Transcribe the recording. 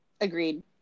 Agreed